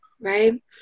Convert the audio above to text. right